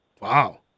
Wow